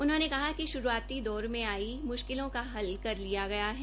उन्होंने कहा कि शुरूआती दौर में आई मुश्किलों का हल की लिया गया है